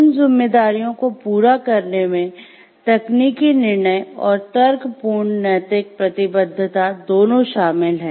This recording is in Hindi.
उन जिम्मेदारियों को पूरा करने में तकनीकी निर्णय और तर्कपूर्ण नैतिक प्रतिबद्धता दोनों शामिल हैं